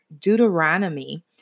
Deuteronomy